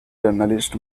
journalist